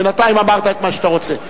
בינתיים אמרת את מה שאתה רוצה.